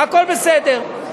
הכול בסדר.